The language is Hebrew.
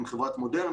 עם חברת "מודרנה".